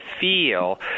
feel